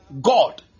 God